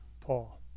Paul